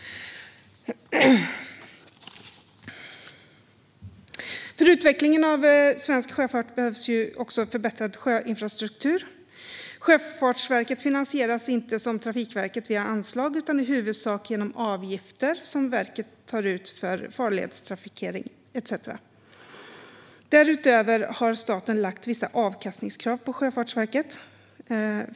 För utveckling av svensk sjöfart behövs också förbättrad sjöinfrastruktur. Sjöfartsverket finansieras inte, som Trafikverket, via anslag utan i huvudsak genom avgifter som verket tar ut för farledstrafik etcetera. Därutöver har staten lagt vissa avkastningskrav på Sjöfartsverket.